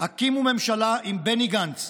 הקימו ממשלה עם בני גנץ,